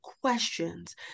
questions